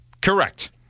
Correct